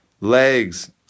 legs